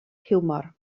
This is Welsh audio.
hiwmor